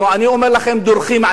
אני אומר לכם, דורכים עלינו.